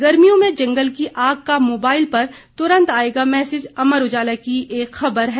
गर्मियों में जंगल की आग का मोबाइल पर तुरंत आएगा मैसेज अमर उजाला की खबर है